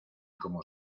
como